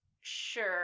Sure